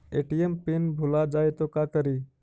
ATM pin भुला जाए तो का करी?